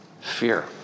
Fear